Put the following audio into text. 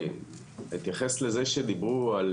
אני אתייחס לזה שדיברו על